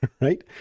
right